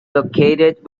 located